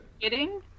kidding